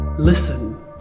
Listen